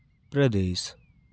प्रदेश